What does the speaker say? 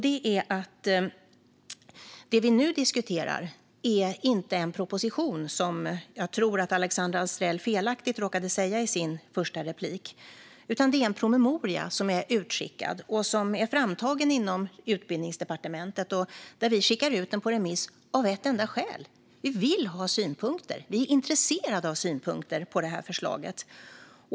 Det är att det vi nu diskuterar inte är en proposition, som jag tror att Alexandra Anstrell felaktigt råkade säga i sin första replik, utan det är en promemoria. Den är utskickad och framtagen inom Utbildningsdepartementet. Vi skickar ut den på remiss av ett enda skäl, och det är att vi vill ha synpunkter. Vi är intresserade av synpunkter på det här förslaget.